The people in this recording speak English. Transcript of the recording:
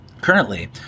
Currently